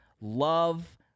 love